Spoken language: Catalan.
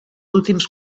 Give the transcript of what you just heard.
últims